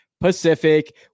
Pacific